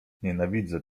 nienawidzę